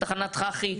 תחנת חח"י,